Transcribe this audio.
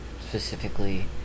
specifically